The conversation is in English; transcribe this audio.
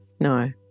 No